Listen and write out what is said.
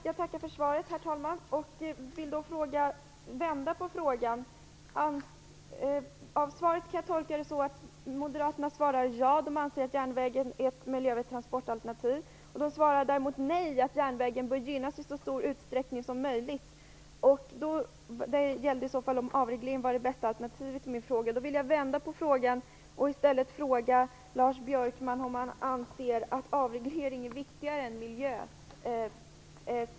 Herr talman! Jag tackar för svaret. Jag tolkar det så att moderaterna anser att järnvägen är ett miljövänligt transportalternativ. Däremot tycker de inte att järnvägen bör gynnas i så stor utsträckning som möjligt. Min fråga gällde om avreglering i så fall var det bästa alternativet. Jag vill då vända på frågan. I stället undrar jag om Lars Björkman anser att avreglering är viktigare än miljön.